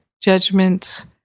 judgments